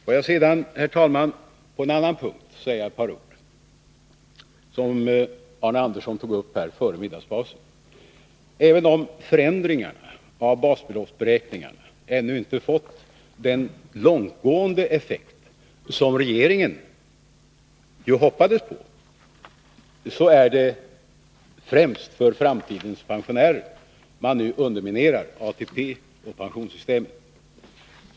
Får jag sedan, herr talman, säga ett par ord på en annan punkt, som Arne Andersson tog upp före middagspausen. Även om förändringarna av basbeloppsberäkningarna ännu inte fått den långtgående effekt som regeringen hoppades på, är det främst för framtidens pensionärer man nu underminerar ATP och pensionssystemet.